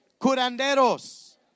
curanderos